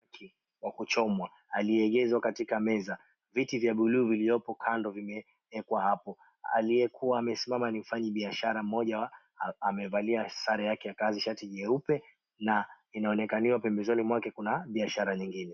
Samaki wa kuchomwa aliyeegezwa katika meza. Viti vya buluu vilioko kando vimeekwa hapo. Aliyekuwa amesimama ni mfanyibiashara mmoja amevalia sare yake ya kazi, shati nyeupe na inaokaniwa pembezoni mwake kuna biashara nyingine.